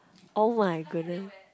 oh my goodness